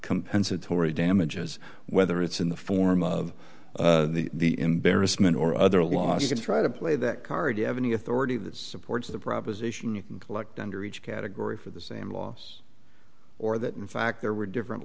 compensatory damages whether it's in the form of the embarrassment or other loss to try to play that card you have any authority that supports the proposition you can collect under each category for the same loss or that in fact there were different